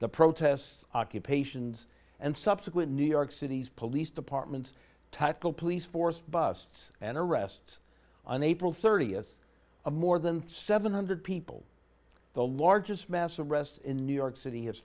the protests occupations and subsequent new york city's police department tyco police force busts and arrests on april thirtieth of more than seven hundred people the largest mass arrests in new york city